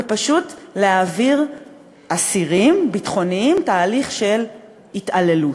ופשוט להעביר אסירים ביטחוניים תהליך של התעללות,